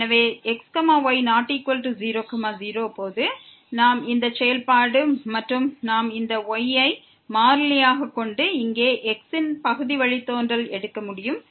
எனவே x y≠0 0 போது நாம் இந்த செயல்பாடு மற்றும் நாம் இந்த y ஐ மாறிலியாக கொண்டு இங்கே x ன் பகுதி வழித்தோன்றலை எடுக்க முடியும்